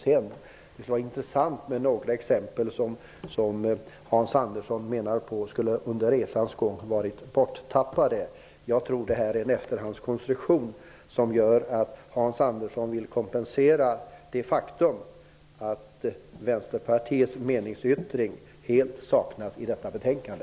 Det skulle vara intressant att få några exempel som Hans Andersson menar skulle ha varit borttappade under resans gång. Jag tror att Hans Andersson gör en efterhandskonstruktion för att kompensera det faktum att Vänsterpartiets meningsyttring helt saknas i detta betänkande.